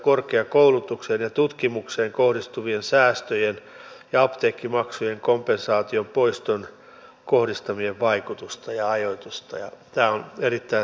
keskustelu on ollut sen verran mielenkiintoista että oli pakko tulla vielä muutama asia ihan täältä sanomaan